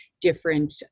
different